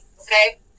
okay